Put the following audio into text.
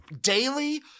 daily